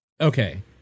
okay